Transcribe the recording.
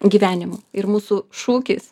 gyvenimu ir mūsų šūkis